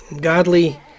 godly